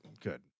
Good